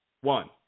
One